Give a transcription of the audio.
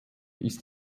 ist